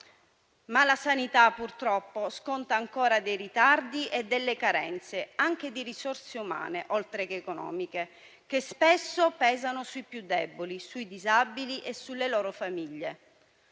La sanità purtroppo però sconta ancora dei ritardi e delle carenze anche di risorse umane, oltre che economiche, che spesso pesano sui più deboli, sui disabili e sulle loro famiglie.